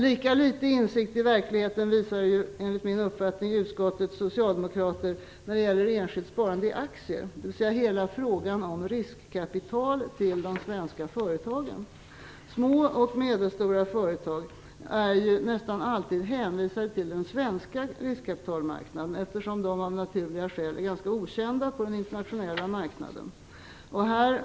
Lika litet insikt i verkligheten visar enligt min uppfattning utskottets socialdemokrater när det gäller enskilt sparande i aktier, dvs. i frågan om riskkapital till de svenska företagen. Små och medelstora företag är nästan alltid hänvisade till den svenska riskkapitalmarknaden, eftersom de av naturliga skäl är ganska okända på den internationella marknaden.